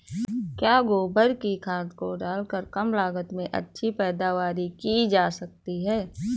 क्या गोबर की खाद को डालकर कम लागत में अच्छी पैदावारी की जा सकती है?